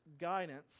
guidance